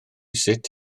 sut